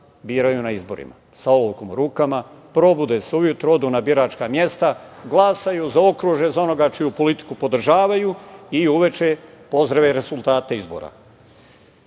biraju na izborima, sa olovkom u rukama, probude se ujutru, odu na biračka mesta, glasaju, zaokruže za onoga čiju politiku podržavaju i uveče pozdrave rezultate izbora. Izbori